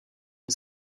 une